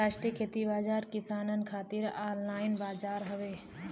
राष्ट्रीय खेती बाजार किसानन खातिर ऑनलाइन बजार हौ